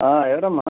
ఎవరమ్మ